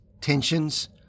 tensions